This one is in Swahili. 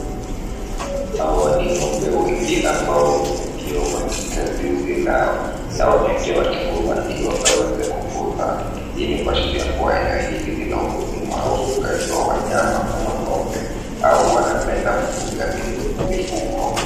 Hawa ni ngombe wengi ambao wamefungiwa katika zizi lao na wamewekewa chakula ili wakaweze kukula. Hii ni kuashiria kuwa eneo hili ni la ukulima au ufugaji wa wanyama kama ngombe au wanapenda kufuga mifugo.